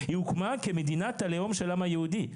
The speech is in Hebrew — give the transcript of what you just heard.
היא הוקמה כמדינת הלאום של העם היהודי.